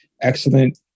excellent